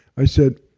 i said,